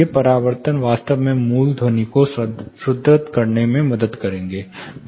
ये परावर्तन वास्तव में मूल ध्वनि को सुदृढ़ करने में मदद करेंगे